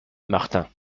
martin